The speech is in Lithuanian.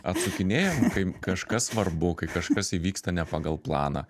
atsukinėjam kai kažkas svarbu kai kažkas įvyksta ne pagal planą